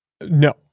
No